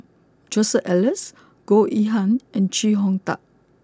Joseph Elias Goh Yihan and Chee Hong Tat